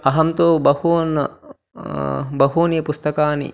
अहं तु बहूनि बहूनि पुस्तकानि